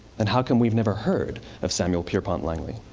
then how come we've never heard of samuel pierpont langley?